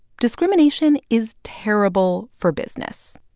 discrimination is terrible for business.